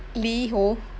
LiHO